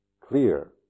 clear